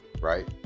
Right